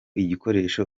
igikoresho